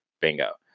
Bingo